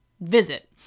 visit